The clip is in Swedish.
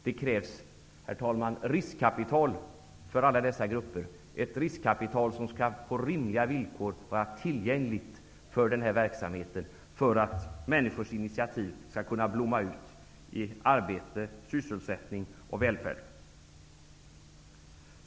Det krävs, herr talman, riskkapital för alla dessa grupper, riskkapital som på rimliga villkor skall vara tillgängligt för den här verksamheten, för att människors initiativ skall kunna blomma ut i arbete, sysselsättning och välfärd.